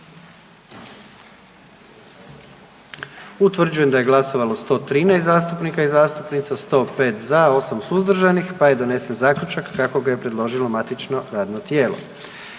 Utvrđujem da je glasovalo 111 zastupnika i zastupnica, 78 za, 33 suzdržana i na taj način je donesen zaključak kako ga je predložilo matično radno tijelo.